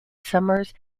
summers